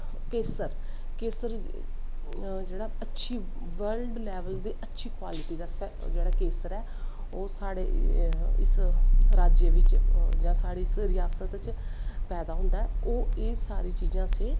केसर जेह्ड़ा अच्छी blood level दे अच्छी कवालटी दा जेह्ड़ा केसर ऐ ओह् साढ़े इस राज्य बिच्च जां साढ़ी इस रियास्त च पैदा होंदा ऐ ओह् सारी चीजां असैं